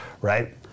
right